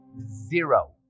zero